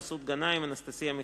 מסעוד גנאים ואנסטסיה מיכאלי.